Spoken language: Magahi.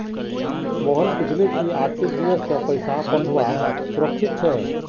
मोहन पूछले कि आर.टी.जी.एस स पैसा पठऔव्वा सुरक्षित छेक